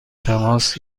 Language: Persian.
تماس